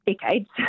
decades